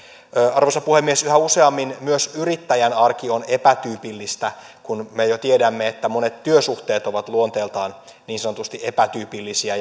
arvoisa puhemies yhä useammin myös yrittäjän arki on epätyypillistä kun me jo tiedämme että monet työsuhteet ovat luonteeltaan niin sanotusti epätyypillisiä